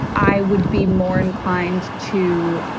i would be more inclined to.